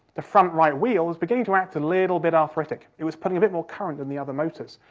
the front right wheel was beginning to act a little bit arthritic, it was pulling a bit more current than the other motors,